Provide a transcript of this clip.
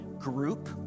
Group